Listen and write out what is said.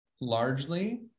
largely